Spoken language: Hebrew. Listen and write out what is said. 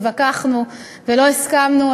התווכחנו ולא הסכמנו,